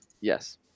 Yes